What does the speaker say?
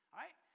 right